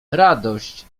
radość